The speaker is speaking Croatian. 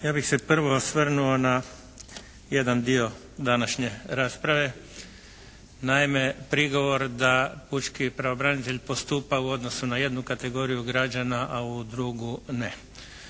Ja bih se prvo osvrnuo na jedan dio današnje rasprave. Naime prigovor da pučki pravobranitelj postupa u odnosu na jednu kategoriju građana a u drugu ne.